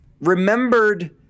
remembered